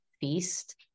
feast